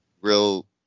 real